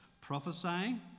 prophesying